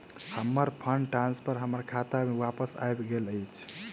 हमर fund transfer हमर खाता मे बापस आबि गइल अछि